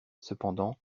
cependant